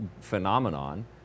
phenomenon